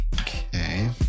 Okay